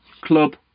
Club